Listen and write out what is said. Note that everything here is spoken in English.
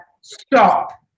stop